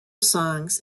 songs